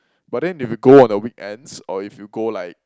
but then if you go on a weekends or if you go like